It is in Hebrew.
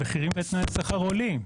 המחיר ותנאי השכר עולים,